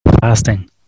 Fasting